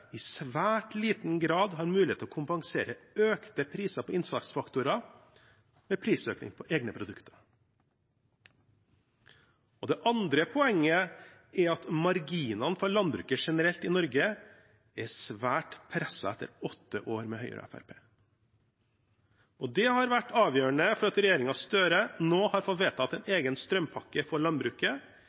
i svært liten grad har mulighet til å kompensere for økte priser på innsatsfaktorer med prisøkning på egne produkter. Det andre poenget er at marginene for landbruket generelt i Norge er svært presset etter åtte år med Høyre og Fremskrittspartiet. Det har vært avgjørende for at regjeringen Støre nå har fått vedtatt en egen strømpakke for landbruket.